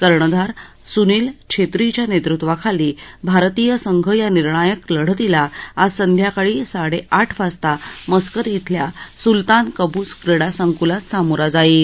कर्णधार सुनील छेत्रीच्या नेतृत्वाखाली भारतीय संघ या निर्णायक लढतीला आज संध्याकाळी साडेआठ वाजता मस्कत इथल्या सुल्तान कबूस क्रीडा संक्लात सामोरा जाईल